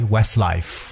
Westlife